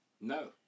No